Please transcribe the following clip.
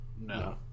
No